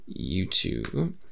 YouTube